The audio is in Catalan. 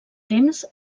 temps